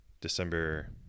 December